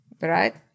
Right